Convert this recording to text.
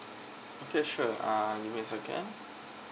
okay sure uh give me a second